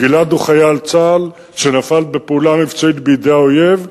גלעד הוא חייל צה"ל שנפל בפעולה מבצעית בידי האויב,